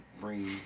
bring